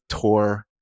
tour